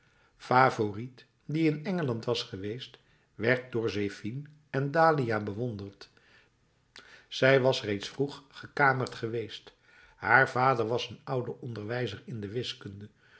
favourite die in engeland was geweest werd door zephine en dahlia bewonderd zij was reeds vroeg gekamerd geweest haar vader was een oude onderwijzer in de wiskunde